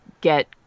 get